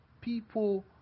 people